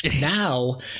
Now